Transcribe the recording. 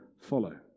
follow